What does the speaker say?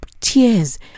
tears